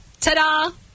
ta-da